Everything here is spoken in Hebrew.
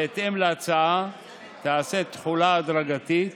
בהתאם להצעה תיעשה החלה הדרגתית,